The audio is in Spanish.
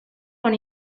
con